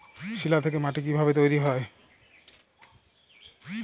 শিলা থেকে মাটি কিভাবে তৈরী হয়?